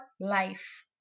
life